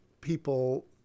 people